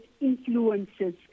influences